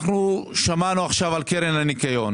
אנחנו שמענו עכשיו על קרן הניקיון.